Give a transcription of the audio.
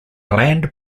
land